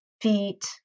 feet